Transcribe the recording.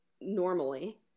normally